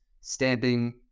stamping